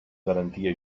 garantia